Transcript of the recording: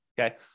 Okay